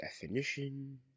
definition